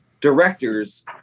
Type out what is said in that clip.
director's